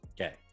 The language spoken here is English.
Okay